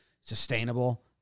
sustainable